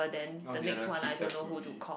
all the other kids have to be